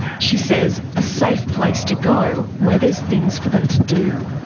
she says a safe place to go, where there's things for them to do.